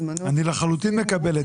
נוכחות בדיון,